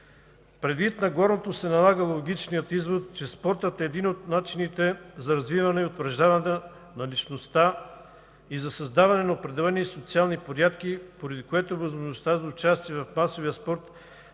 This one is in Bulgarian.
Предвид на горното се налага логичният извод, че спортът е един от начините за развиване и утвърждаване на личността и за създаване на определени социални порядки, поради което възможността за участие в масовия спорт